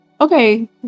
Okay